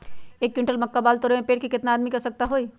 एक क्विंटल मक्का बाल तोरे में पेड़ से केतना आदमी के आवश्कता होई?